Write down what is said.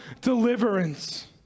deliverance